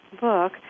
book